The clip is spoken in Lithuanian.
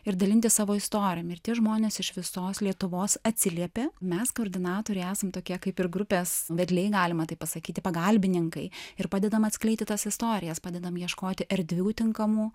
ir dalintis savo istorijom ir tie žmonės iš visos lietuvos atsiliepė mes koordinatoriai esam tokie kaip ir grupės vedliai galima taip pasakyti pagalbininkai ir padedam atskleisti tas istorijas padedam ieškoti erdvių tinkamų